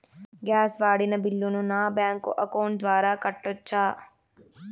Gas వాడిన బిల్లును నా బ్యాంకు అకౌంట్ ద్వారా కట్టొచ్చా?